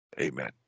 Amen